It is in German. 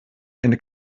eine